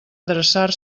adreçar